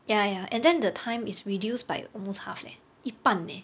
ya ya and then the time is reduced by almost half leh 一半 leh